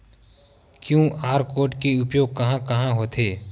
QR code के उपयोग कहां कहां होथे?